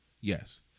Yes